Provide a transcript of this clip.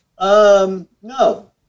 No